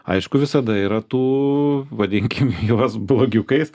aišku visada yra tų vadinkim juos blogiukais